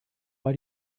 why